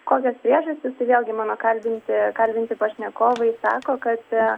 kokios priežastys vėlgi mano kalbinti kalbinti pašnekovai sako kad